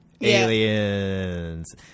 aliens